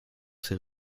ses